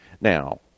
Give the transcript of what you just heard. Now